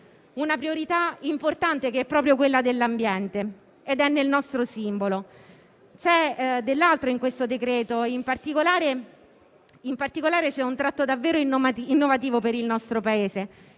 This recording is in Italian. una priorità importante, che è proprio quella dell'ambiente che è nel nostro simbolo. C'è dell'altro in questo decreto. In particolare, vi è un tratto davvero innovativo per il nostro Paese,